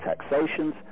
taxations